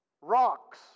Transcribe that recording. Rocks